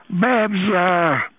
Babs